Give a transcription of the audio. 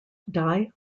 dai